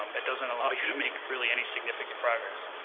um it doesn't allow you to make really any significant progress.